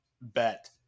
bet